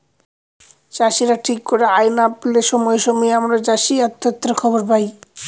চাষীরা ঠিক করে আয় না পেলে সময়ে সময়ে আমরা চাষী আত্মহত্যার খবর পায়